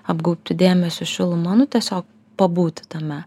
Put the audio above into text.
apgaubti dėmesiu šiluma nu tiesiog pabūti tame